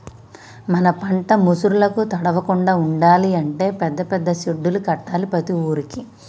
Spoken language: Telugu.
మన పంట ముసురులకు తడవకుండా ఉండాలి అంటే పెద్ద పెద్ద సెడ్డులు కట్టాలి ప్రతి ఊరుకి